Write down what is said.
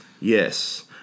Yes